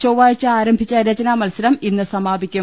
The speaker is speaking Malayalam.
ചൊവ്വാഴ്ച ആരംഭിച്ച രചനാ മത്സരം ഇന്ന് സമാപിക്കും